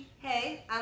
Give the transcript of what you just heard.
Hey